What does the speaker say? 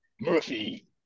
Murphy